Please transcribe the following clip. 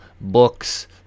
books